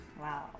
Wow